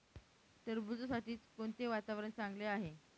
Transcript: टरबूजासाठी कोणते वातावरण चांगले आहे?